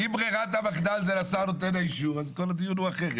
אם ברירת המחדל זה לשר נותן האישור אז כל הדיון הוא אחרת.